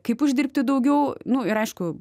kaip uždirbti daugiau nu ir aišku